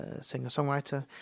singer-songwriter